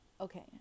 Okay